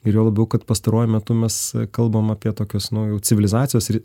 ir juo labiau kad pastaruoju metu mes kalbam apie tokios naujų civilizacijos ir